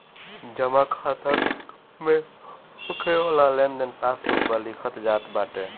जमा खाता में होके वाला लेनदेन पासबुक पअ लिखल जात बाटे